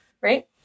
right